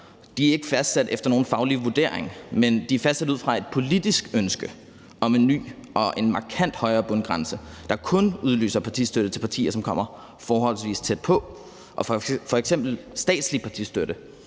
er ikke fastsat efter nogen faglig vurdering, men de er fastsat ud fra et politisk ønske om en ny og markant højere bundgrænse, der kun udløser partistøtte til partier, som kommer forholdsvis tæt på. For f.eks. statslig partistøtte